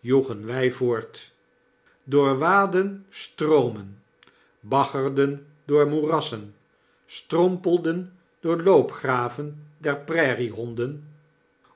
joegen wy voort doorwaadden stroomen baggerden door moerassen strompelden door de loopgraven der prairiehonden